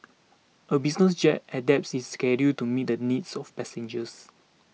a business jet adapts its schedule to meet the needs of passengers